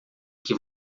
que